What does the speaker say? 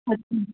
अच्छा